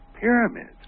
Pyramids